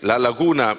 la laguna